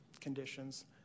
conditions